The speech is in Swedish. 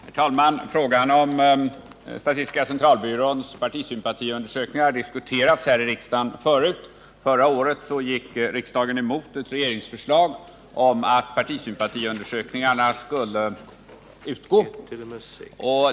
Herr talman! Frågan om statistiska centralbyråns partisympatiundersökningar har diskuterats här i riksdagen förut. Förra året gick riksdagen emot ett regeringsförslag om att partisympatiundersökningarna skulle utgå.